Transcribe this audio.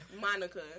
Monica